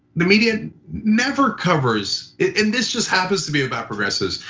the media never covers and this just happens to be about progressives,